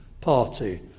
party